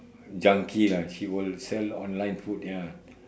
junkie lah she will sell online food ya